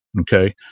okay